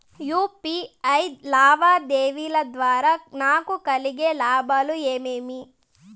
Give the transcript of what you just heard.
UPI లావాదేవీల ద్వారా నాకు కలిగే లాభాలు ఏమేమీ?